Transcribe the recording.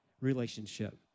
relationship